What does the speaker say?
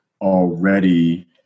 already